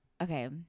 Okay